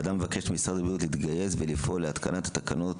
הוועדה מבקשת ממשרד הבריאות להתגייס ולפעול להתקנת תקנות,